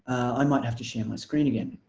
i might have to share my screen again